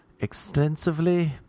Extensively